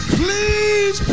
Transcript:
please